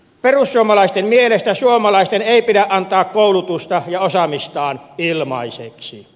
perussuomalaisten mielestä suomalaisten ei pidä antaa koulutustaan ja osaamistaan ilmaiseksi